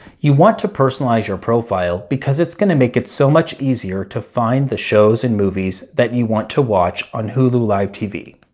you want to personalize your profile because it's going to make it so much easier to find the shows and movies that you want to watch on hulu live tv